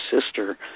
sister